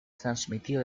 transmitió